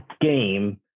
game